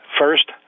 first